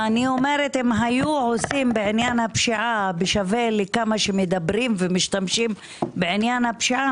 אם היו עושים בעניין הפשיעה בשווה לכמה שמדברים ומשתמשים בעניין הפשיעה,